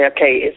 okay